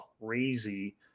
crazy